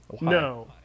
No